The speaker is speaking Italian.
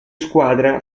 squadra